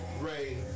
Ray